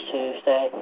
Tuesday